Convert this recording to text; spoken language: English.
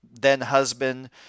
then-husband